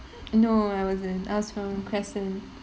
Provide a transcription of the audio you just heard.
no I wasn't I was from crescent